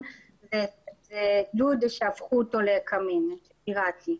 זה דּוּד שהפכו אותו לקמין פיראטי,